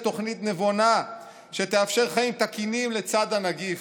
תוכנית נבונה שתאפשר חיים תקינים לצד הנגיף.